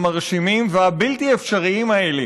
המרשימים והבלתי-אפשריים האלה